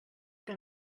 que